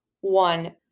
one